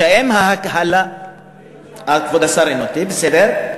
אה, כבוד השר אינו אתי, בסדר.